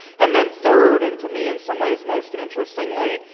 and then third, and to me in some ways most interestingly,